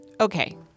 Okay